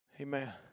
Amen